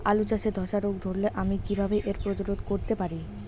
আলু চাষে ধসা রোগ ধরলে আমি কীভাবে এর প্রতিরোধ করতে পারি?